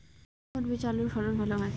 কোন বীজে আলুর ফলন ভালো হয়?